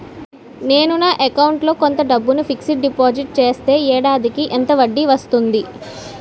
నేను నా అకౌంట్ లో కొంత డబ్బును ఫిక్సడ్ డెపోసిట్ చేస్తే ఏడాదికి ఎంత వడ్డీ వస్తుంది?